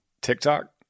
TikTok